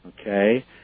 okay